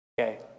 Okay